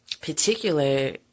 particular